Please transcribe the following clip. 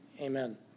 Amen